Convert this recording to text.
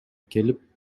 келип